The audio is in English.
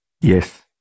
Yes